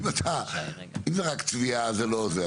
אם אתה, אם זה רק צביעה אז זה לא זה.